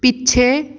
ਪਿੱਛੇ